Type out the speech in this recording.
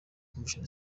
convention